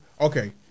okay